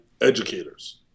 educators